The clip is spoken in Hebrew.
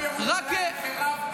אמרתי לך, את יום ירושלים חירבתם.